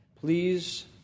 Please